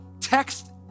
Text